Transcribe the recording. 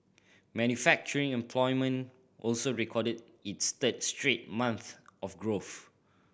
manufacturing employment also recorded its third straight month of growth